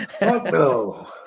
no